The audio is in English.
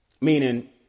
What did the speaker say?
Meaning